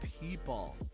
people